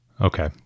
Okay